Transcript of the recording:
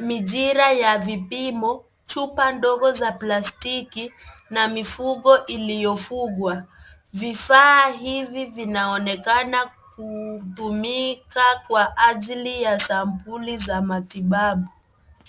mijira ya vipomo, chupa ndogo ya plastiki na mifugi iliyofugwa. vifaa hivi vinaonekana kutumika kwa ajili ya sampuli ya matibabu